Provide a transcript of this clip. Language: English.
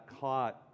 caught